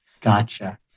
Gotcha